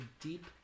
deep